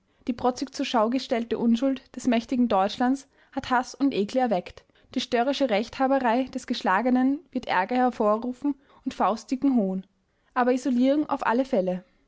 die protzig zur schau gestellte unschuld des mächtigen deutschlands hat haß und ekel erweckt die störrische rechthaberei des geschlagenen wird ärger hervorrufen und faustdicken hohn aber isolierung auf alle fälle